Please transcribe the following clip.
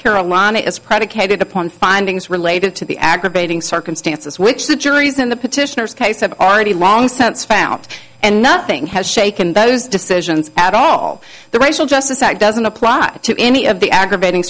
carolina is predicated upon findings related to the aggravating circumstances which the juries in the petitioners case have already long since found and nothing has shaken those decisions at all the racial justice act doesn't apply to any of the aggravating